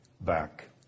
back